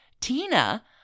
Tina